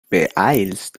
beeilst